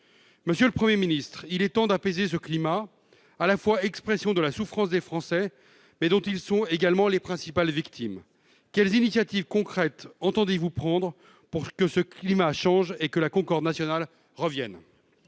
Monsieur le Premier ministre, il est temps d'apaiser ce climat, qui est l'expression de la souffrance des Français, mais dont ils sont également les principales victimes. Quelles initiatives concrètes entendez-vous prendre pour que ce climat change et que la concorde nationale revienne ?